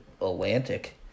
Atlantic